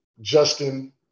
Justin